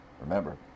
Remember